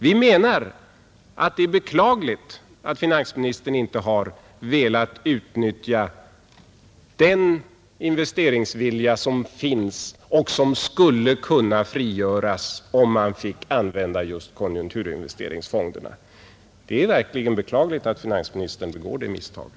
Vi menar att det är beklagligt att finansministern inte har velat utnyttja den investeringsvilja som finns och som skulle kunna frigöras, om man fick använda just investeringsfonderna. Det är verkligen beklagligt att finansministern begår det misstaget.